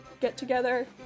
get-together